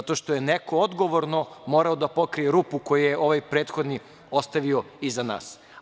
Zato što je neko odgovorno morao da pokrije rupu koju je ovaj prethodni ostavio iza nas.